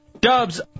Dubs